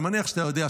אני מניח שאתה יודע,